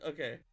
Okay